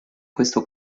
questo